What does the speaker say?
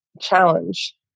challenge